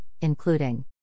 including